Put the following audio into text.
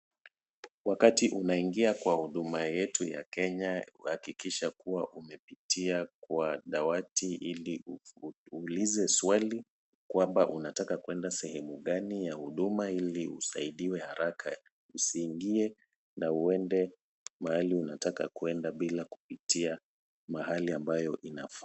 Wakati unaingia kwa huduma yetu ya Kenya, hakikisha kuwa umepitia kwa dawati ili uulize swali kwamba unataka kwenda sehemu gani ya huduma ili usaidiwe haraka. Usiingie na uende mahali unataka kwenda bila kupitia mahali ambayo inafaa.